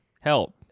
Help